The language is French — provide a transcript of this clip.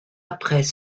après